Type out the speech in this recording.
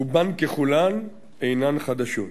רובן ככולן אינן חדשות.